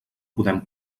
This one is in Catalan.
podem